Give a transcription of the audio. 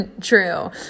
true